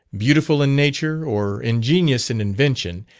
beautiful in nature, or ingenious in invention,